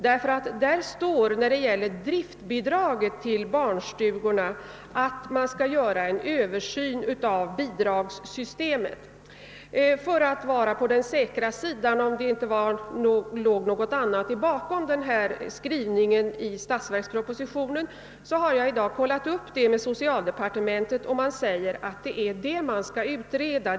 Där står det nämligen att det skall göras en översyn av systemet för driftbidrag till barnstugorna. För att vara på den säkra sidan och förvissa mig om att det inte låg något annat bakom denna skrivning i statsverkspropositionen har jag i dag kontrollerat detta med socialdepartementet, och man säger att detta är det som skall utredas.